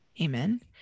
amen